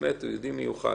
הוא לא יודע.